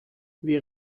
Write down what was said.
wir